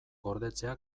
gordetzea